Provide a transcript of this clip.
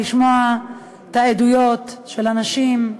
לשמוע את העדויות של הנשים,